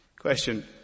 Question